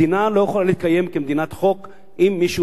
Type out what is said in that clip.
מדינה לא יכולה להתקיים כמדינת חוק אם מישהו